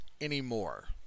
anymore